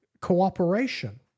Cooperation